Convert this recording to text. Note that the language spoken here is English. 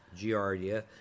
giardia